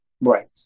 Right